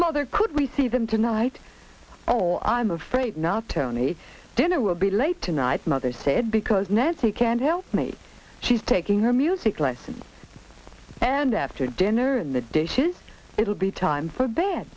mother could we see them tonight oh i'm afraid not tony dinner will be late tonight mother said because nancy can tell me she's taking her music lessons and after dinner and the dishes it will be time for bed